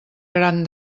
gran